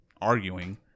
arguing